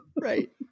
right